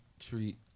Treat